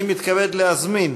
אני מתכבד להזמין